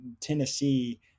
Tennessee